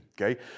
okay